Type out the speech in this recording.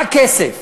רק כסף.